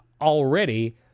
already